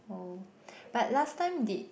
oh but last time did